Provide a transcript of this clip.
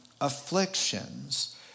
afflictions